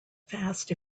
fast